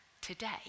today